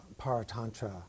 Paratantra